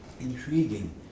intriguing